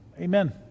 amen